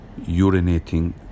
urinating